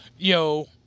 Yo